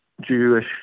Jewish